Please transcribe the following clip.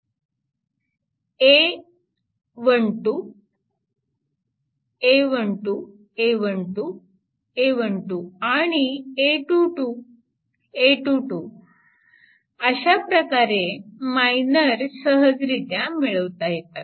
A 1 2 a 1 2 a 1 2 a 1 2 आणि a 2 2 a 2 2 a 2 2 a 2 2 अशाप्रकारे minor सहजरीत्या मिळविता येतात